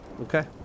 Okay